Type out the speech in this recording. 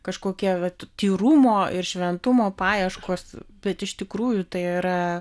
kažkokie vat tyrumo ir šventumo paieškos bet iš tikrųjų tai yra